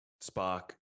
spark